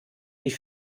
die